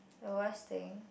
the worst thing